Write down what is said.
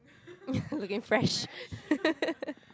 looking fresh